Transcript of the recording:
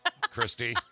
Christy